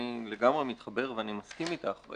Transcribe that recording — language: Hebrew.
אני לגמרי מתחבר ואני מסכים אתך.